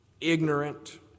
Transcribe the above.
ignorant